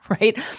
right